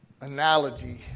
analogy